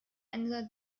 einer